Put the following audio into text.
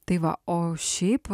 tai va o šiaip